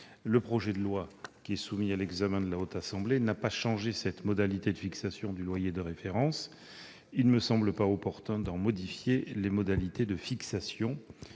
Le projet de loi qui est soumis à l'examen de la Haute Assemblée n'a pas changé cette modalité de fixation du loyer de référence. Il ne me semble pas opportun d'en modifier les modalités de fixation.